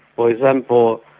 for example,